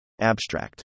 Abstract